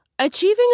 Achieving